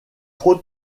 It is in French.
trop